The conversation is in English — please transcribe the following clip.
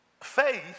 faith